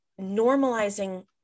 normalizing